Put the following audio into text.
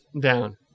down